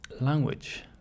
language